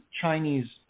Chinese